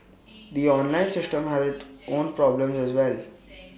the online system had own problems as well